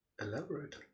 Elaborate